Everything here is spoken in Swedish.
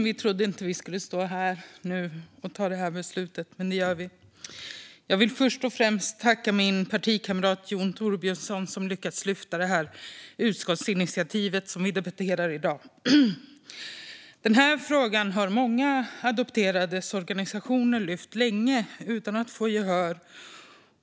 Herr talman! Jag vill först och främst tacka min partikamrat Jon Torbjörnsson, som lyckats lägga fram utskottsinitiativet som vi debatterar i dag. Ja, Jon, vi trodde inte att vi skulle stå här nu och fatta det här beslutet, men det gör vi. Den här frågan har många adopterades organisationer lyft fram länge utan att få gehör.